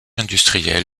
industriel